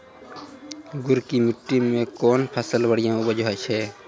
गुड़ की मिट्टी मैं कौन फसल बढ़िया उपज छ?